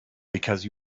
because